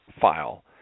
file